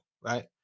right